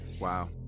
Wow